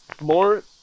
more